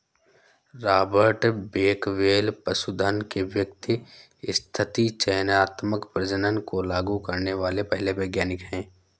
Robert Bakewell पशुधन के व्यवस्थित चयनात्मक प्रजनन को लागू करने वाले पहले वैज्ञानिक है